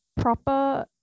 proper